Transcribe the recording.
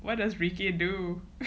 what does ricky do